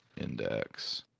index